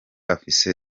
afite